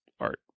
art